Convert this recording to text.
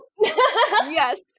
yes